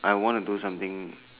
I want to do something